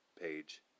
page